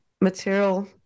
material